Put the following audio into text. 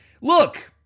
Look